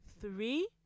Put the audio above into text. Three